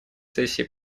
сессии